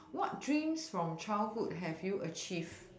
what dreams from childhood have you achieved